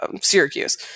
Syracuse